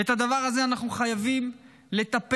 בדבר הזה אנחנו חייבים לטפל.